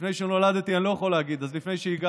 לפני שנולדתי אני לא יכול להגיד, אז לפני שהגעתי.